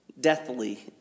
Deathly